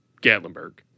gatlinburg